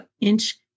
inch